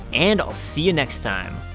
and, i'll see you next time.